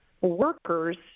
workers